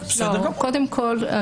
קודם כל,